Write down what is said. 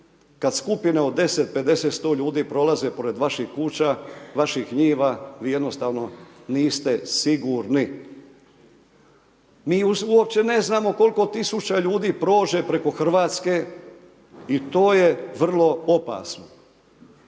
kad skupina od 10, 50, 100 ljudi prolazi pored vaših kuća, vaših njiva, vi jednostavno niste sigurni. Mi uopće ne znamo koliko tisuća ljudi prođe preko Hrvatske i to je vrlo opasno.